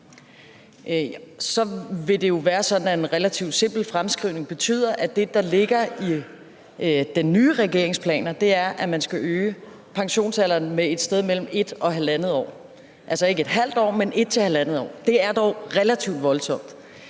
Så vil det jo være sådan, at en relativt simpel fremskrivning betyder, at det, der ligger i den nye regerings planer, er, at man skal øge pensionsalderen med et sted mellem 1 og 1½ år, altså ikke ½ år, men 1-1½ år. Det er dog relativt voldsomt,